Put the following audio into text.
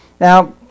Now